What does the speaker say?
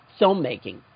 filmmaking